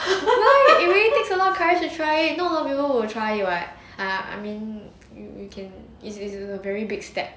ya it really takes a lot of courage to try it not many people will try [what] I mean you you can is a very big step